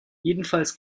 jedenfalls